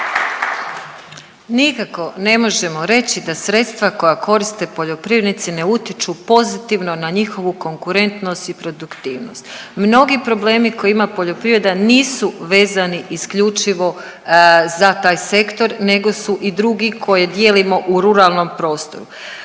Nikako ne možemo reći da sredstva koja koriste poljoprivrednici ne utječu pozitivno na njihovu konkurentnost i produktivnost. Mnogi problemi koje ima poljoprivreda nisu vezani isključivo za taj sektor nego su i druge koje dijelimo u ruralnom prostoru.